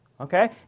Okay